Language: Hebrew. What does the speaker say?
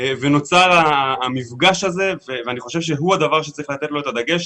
נוצר המפגש הזה ואני חושב שהוא הדבר שצריך לתת עליו את הדגש,